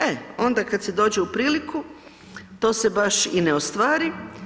E, onda kad se dođe u priliku to se baš i ne ostvari.